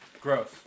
Gross